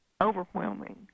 overwhelming